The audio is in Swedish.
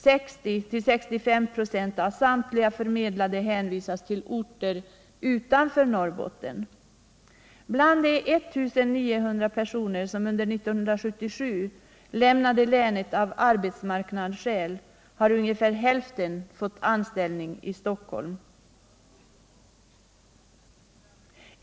60-65 96 av samtliga förmedlade hänvisas till orter utanför Norrbotten. Bland de 1 900 personer som under 1977 lämnade länet av arbetsmarknadsskäl har ungefär hälften fått anställning i Stockholm.